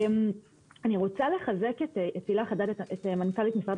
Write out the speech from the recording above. אני רוצה לחזק את הילה חדד מנכ"לית משרד